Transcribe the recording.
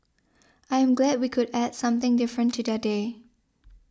I am glad we could add something different to their day